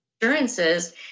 insurances